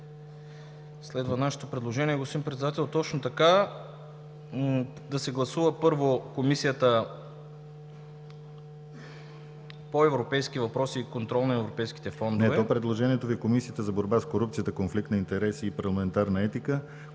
Следва нашето предложение, господин председател, точно така. Да се гласува първо Комисията по европейски въпроси и контрол на европейските фондове… ПРЕДСЕДАТЕЛ ДИМИТЪР ГЛАВЧЕВ: Предложението Ви е Комисията за борба с корупцията, конфликт на интереси и парламентарна етика,